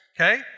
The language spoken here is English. okay